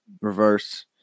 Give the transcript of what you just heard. reverse